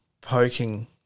poking